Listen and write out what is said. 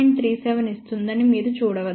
37 ఇస్తుందని మీరు చూడవచ్చు